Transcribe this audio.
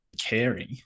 caring